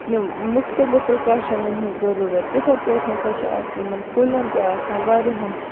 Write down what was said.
مُختٔلِف پرٕکاشَنَن ہٕنٛز ضروٗرَت تِتھے پٲٹھۍ ہَسا چھِ اتھ یِمَن کُلٮ۪ن تہِ آسان واریاہَن